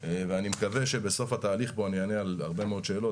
ואני מקווה שבסוף התהליך פה אני אענה על הרבה מאוד שאלות,